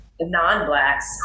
non-blacks